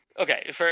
okay